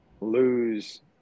lose